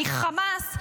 מחמאס,